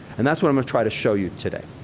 and that's what i'm gonna try to show you today.